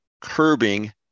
curbing